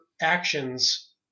actions